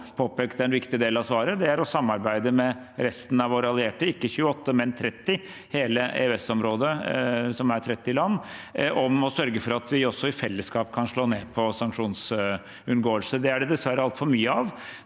det er å samarbeide med resten av våre allierte – ikke 28, men hele EØS-området, som er 30 land – om å sørge for at vi også i fellesskap kan slå ned på sanksjonsunngåelse. Det er det dessverre altfor mye av.